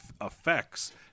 effects